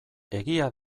egia